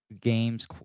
games